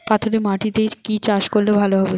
পাথরে মাটিতে কি চাষ করলে ভালো হবে?